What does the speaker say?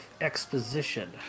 exposition